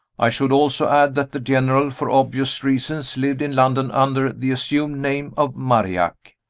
i should also add that the general, for obvious reasons, lived in london under the assumed name of marillac.